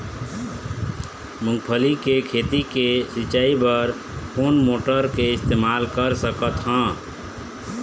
मूंगफली के खेती के सिचाई बर कोन मोटर के इस्तेमाल कर सकत ह?